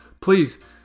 Please